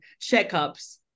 checkups